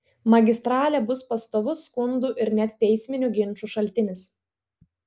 magistralė bus pastovus skundų ir net teisminių ginčų šaltinis